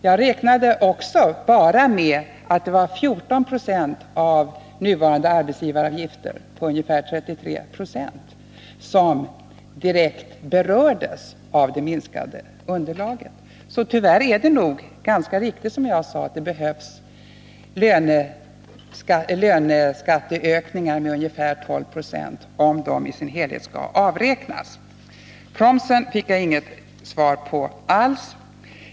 Jag räknade också bara med att det var 14 20 av nuvarande arbetsgivaravgifter på ungefär 33 20 som direkt berördes av det minskade underlaget. Så tyvärr är det nog ganska riktigt som 23 jag sade, att det behövs löneskatteökningar med ungefär 12 70 för totalfinansiering om de i sin helhet skall avräknas från lönekostnadsutrymmet. När det gäller promsen fick jag inget svar alls.